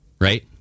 Right